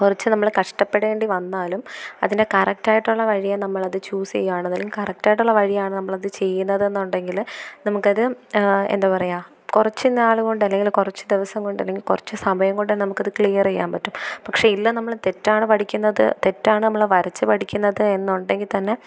കുറച്ച് നമ്മൾ കഷ്ടപ്പെടേണ്ടി വന്നാലും അതിനെ കറക്റ്റ് ആയിട്ടുള്ള വഴിയേ നമ്മൾ അത് ചൂസ് ചെയ്യുകയാണ് അതിൽ കറക്റ്റ് ആയിട്ടുള്ള വഴിയാണ് നമ്മൾ അത് ചെയ്യുന്നതെന്നുണ്ടെങ്കിൽ നമുക്ക് അത് എന്താണ് പറയുക കുറച്ച് നാളുകൊണ്ട് അല്ലെങ്കിൽ കുറച്ച് ദിവസം കൊണ്ട് അല്ലെങ്കിൽ കുറച്ച് സമയം കൊണ്ട് നമുക്ക് അത് ക്ലിയർ ചെയ്യാൻ പറ്റും പക്ഷെ ഇന്ന് നമ്മൾ തെറ്റാണ് പഠിക്കുന്നത് തെറ്റാണ് നമ്മൾ വരച്ചു പഠിക്കുന്നത് എന്നുണ്ടെങ്കിൽ തന്നെ